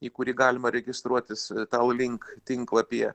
į kurį galima registruotis tallink tinklapyje